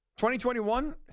2021